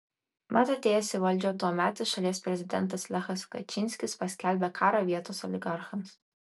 mat atėjęs į valdžią tuometis šalies prezidentas lechas kačynskis paskelbė karą vietos oligarchams